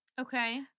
Okay